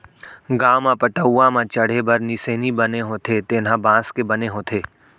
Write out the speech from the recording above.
गाँव म पटअउहा म चड़हे बर निसेनी बने होथे तेनो ह बांस के बने होथे